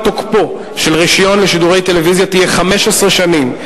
תוקפו של רשיון לשידורי טלוויזיה תהיה 15 שנים,